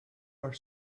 are